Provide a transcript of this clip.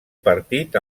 partit